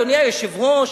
אדוני היושב-ראש,